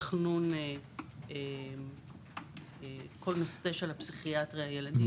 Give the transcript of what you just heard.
לתכנון כל נושא של הפסיכיאטריה הילדים.